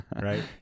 right